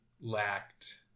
lacked